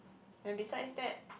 and besides that